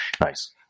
Nice